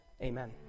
Amen